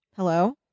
Hello